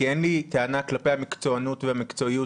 כי אין לי טענה כלפי המקצוענות והמקצועיות